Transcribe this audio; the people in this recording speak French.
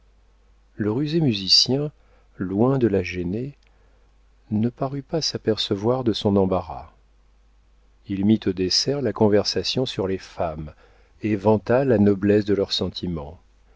le rusé musicien loin de la gêner ne parut pas s'apercevoir de son embarras il mit au dessert la conversation sur les femmes et vanta la noblesse de leurs sentiments